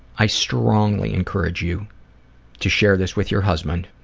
i strongly encourage you to share this with your husband